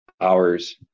hours